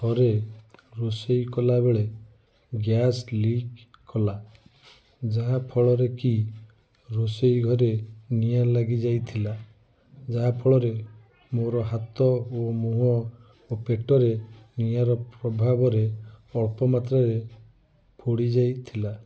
ଥରେ ରୋଷେଇ କଲାବେଳେ ଗ୍ୟାସ୍ ଲିକ୍ କଲା ଯାହା ଫଳରେ କି ରୋଷେଇ ଘରେ ନିଆଁ ଲାଗି ଯାଇଥିଲା ଯାହା ଫଳରେ ମୋର ହାତ ଓ ମୁହଁ ଓ ପେଟରେ ନିଆଁର ପ୍ରଭାବରେ ଅଳ୍ପ ମାତ୍ରାରେ ପୋଡ଼ି ଯାଇଥିଲା